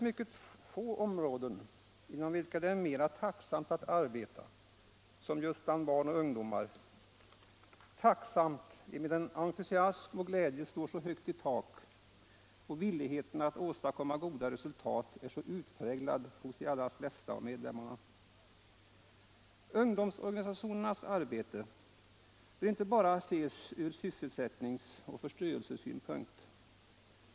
På få områden är det mera tacksamt att arbeta än just bland barn och ungdomar — tacksamt emedan entusiasm och glädje står så högt i tak och villigheten att åstadkomma goda resultat är så utpräglad hos de flesta av medlemmarna. Ungdomsorganisationernas arbete bör inte bara ses från sysselsättningsoch förströelsesynpunkt.